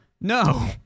No